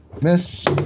Miss